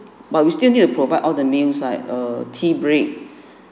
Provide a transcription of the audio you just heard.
but we still need to provide all the meals like err tea break